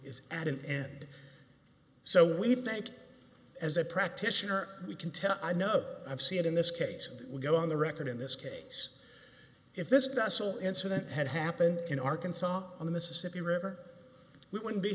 is at an end so we think as a practitioner we can tell i know i've see it in this case we go on the record in this case if this vessel incident had happened in arkansas on the mississippi river we wouldn't be